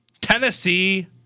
Tennessee